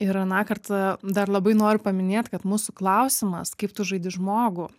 ir aną kartą dar labai noriu paminėt kad mūsų klausimas kaip tu žaidi žmogų